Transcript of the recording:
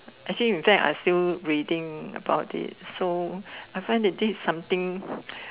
actually in fact I still reading about it so I find that is this something